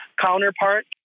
counterpart